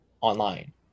online